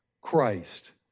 Christ